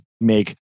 make